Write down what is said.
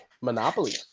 Monopoly